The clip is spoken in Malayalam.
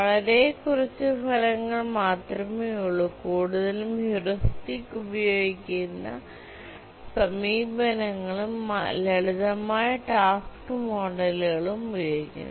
വളരെ കുറച്ച് ഫലങ്ങൾ മാത്രമേയുള്ളൂ കൂടുതലും ഹ്യൂറിസ്റ്റിക് ഉപയോഗിക്കുന്ന സമീപനങ്ങളും ലളിതമായ ടാസ്ക് മോഡലുകളും ഉപയോഗിക്കുന്നു